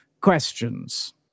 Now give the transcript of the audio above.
questions